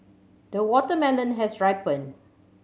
the watermelon has ripened